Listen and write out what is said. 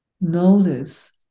notice